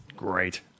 Great